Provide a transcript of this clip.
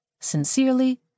Sincerely